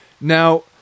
now